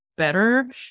better